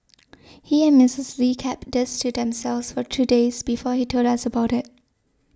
he and Mrs Lee kept this to themselves for two days before he told us about it